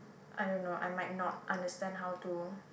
I don't know I might not understand how to